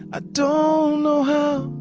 ah don't know how.